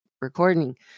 recording